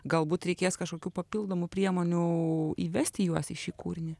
galbūt reikės kažkokių papildomų priemonių įvesti juos į šį kūrinį